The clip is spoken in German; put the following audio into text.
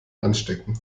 anstecken